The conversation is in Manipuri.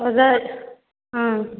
ꯑꯣꯖꯥ ꯑꯝ